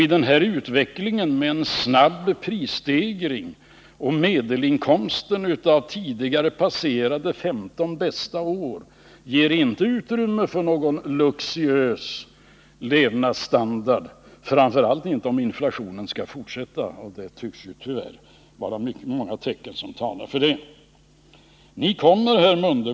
I den här utvecklingen med en snabb prisstegring ger medelinkomsten av de tidigare 15 bästa åren inte utrymme för någon luxuös levnadsstandard, framför allt inte om inflationen skall fortsätta — tyvärr tycks det vara många tecken som talar för att den kommer att göra det.